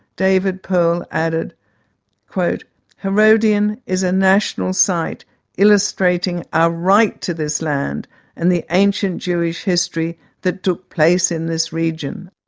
david perl, added herodion is a national site illustrating our right to this land and the ancient jewish history that took place in this region.